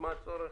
מה הצורך?